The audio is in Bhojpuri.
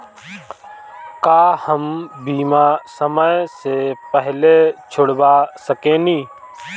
का हम बीमा समय से पहले छोड़वा सकेनी?